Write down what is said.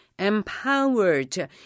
empowered